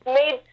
made